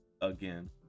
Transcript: again